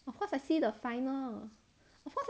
of course I see the final of course